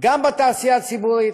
גם בתעשייה הציבורית,